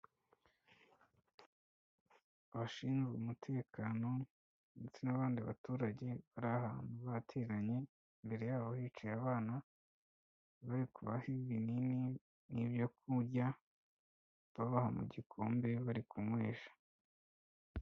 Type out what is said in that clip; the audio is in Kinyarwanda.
Abashinzwe umutekano ndetse n'abandi baturage, bari ahantu bateranye, imbere yabo hicaye abana, bari kubaha ibinini n'ibyo kurya, babaha mu gikombe bari kunywesha.